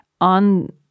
on